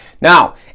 Now